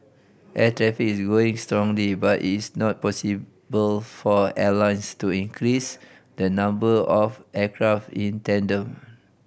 air traffic is growing strongly but is not possible for airlines to increase the number of aircraft in tandem